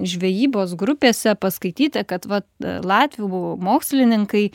žvejybos grupėse paskaityti kad vat latvių mokslininkai